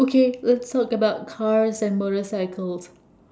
okay let's talk about cars and motorcycles